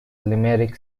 limerick